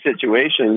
situations